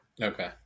okay